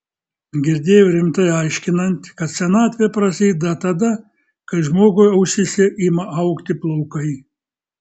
girdėjau rimtai aiškinant kad senatvė prasideda tada kai žmogui ausyse ima augti plaukai